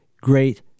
great